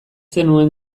zenuen